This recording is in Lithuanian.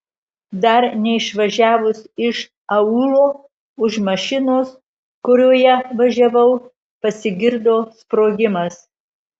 dar neišvažiavus iš aūlo už mašinos kurioje važiavau pasigirdo sprogimas